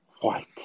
White